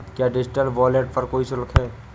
क्या digital wallet पर कोई शुल्क है?